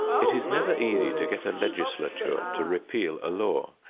it is never easy to get a legislature to repeal a law.